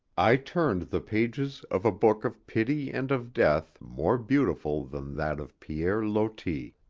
i turned the pages of a book of pity and of death more beautiful than that of pierre loti.